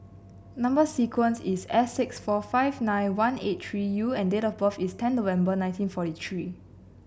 number sequence is S six four five nine one eight three U and date of birth is ten November nineteen forty three